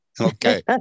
Okay